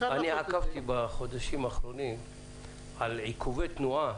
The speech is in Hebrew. אני עקבתי בחודשים האחרונים על עיכובי תנועה